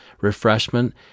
refreshment